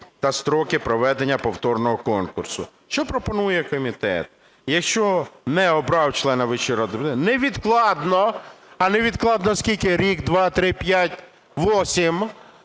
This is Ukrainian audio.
та строки проведення повторного конкурсу. Що пропонує комітет? Якщо не обрав члена Вищої ради невідкладно - а невідкладно скільки? рік, два, три, п'ять, вісім?